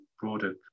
broader